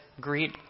Greet